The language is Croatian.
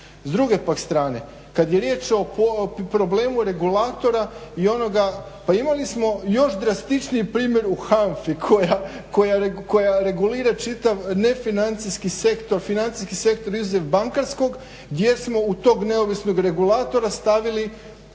S druge pak strane, kad je riječ o problemu regulatora i onoga, pa imali smo još drastičniji primjer u HANFA-i koja regulira čitav nefinancijski sektor, financijski sektor izuzev bankarskog gdje smo u tog neovisnog regulatora stavili